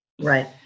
right